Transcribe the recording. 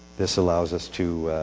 this allows us to